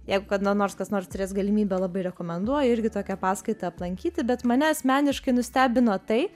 jeigu kada nors kas nors turės galimybę labai rekomenduoju irgi tokią paskaitą aplankyti bet mane asmeniškai nustebino tai